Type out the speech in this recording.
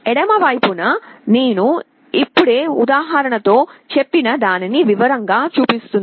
ఎడమ వైపున నేను ఇప్పుడే ఉదాహరణ తో చెప్పిన దానిని వివరం గా చూపిస్తుంది